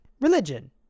religion